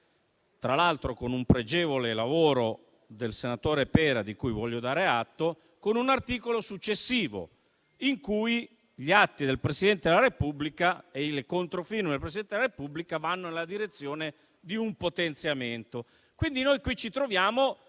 tra l'altro con un pregevole lavoro del senatore Pera di cui voglio dare atto, con un articolo successivo, in cui gli atti e le controfirme del Presidente della Repubblica vanno nella direzione di un potenziamento. Quindi, qui ci troviamo